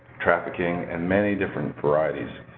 trafficking, and many different varieties.